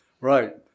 Right